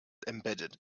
embedded